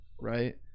right